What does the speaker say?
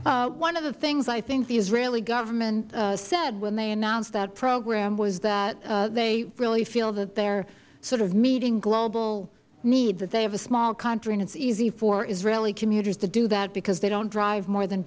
jaffe one of the things i think the israeli government said when they announced that program was that they really feel that they are sort of meeting global needs that they have a small country and it is easy for israeli commuters to do that because they don't drive more than